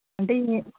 అంటే ఈ